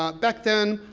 um back then,